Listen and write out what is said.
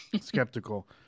Skeptical